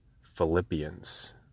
Philippians